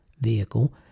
vehicle